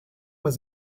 was